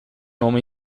homem